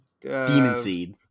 demon-seed